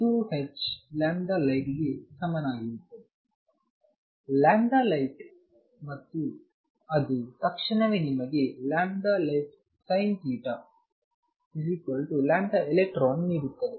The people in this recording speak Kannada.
ಇದು 2hlight ಗೆ ಸಮನಾಗಿರುತ್ತದೆ λlight ಮತ್ತು ಅದು ತಕ್ಷಣವೇ ನಿಮಗೆ lightsinθ electronನೀಡುತ್ತದೆ